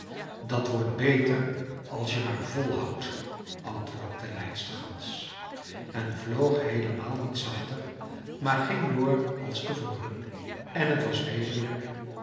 dat wordt beter als je maar volhoudt antwoordde de leidstergans en vloog heelemaal niet zachter maar ging door als te voren en t was wezenlijk